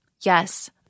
Yes